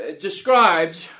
described